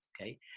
okay